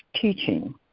teaching